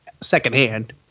secondhand